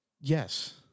Yes